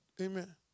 Amen